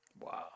Wow